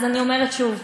אז אני אומרת שוב,